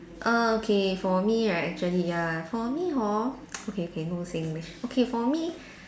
err okay for me right actually ya for me hor okay okay no Singlish okay for me